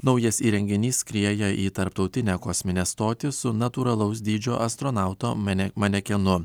naujas įrenginys skrieja į tarptautinę kosminę stotį su natūralaus dydžio astronauto mane manekenu